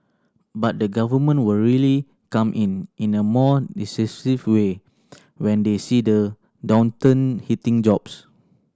but the Government will really come in in a more decisive way when they see the downturn hitting jobs